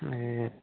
ए